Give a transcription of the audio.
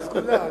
זה הסגולה.